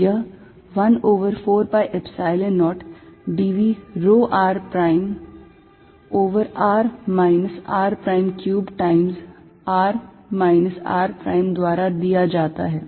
यह 1 over 4 pi Epsilon 0 dv rho r prime over r minus r prime cubed times r minus r prime द्वारा दिया जाता है